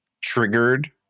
triggered